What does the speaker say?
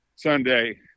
Sunday